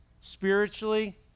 spiritually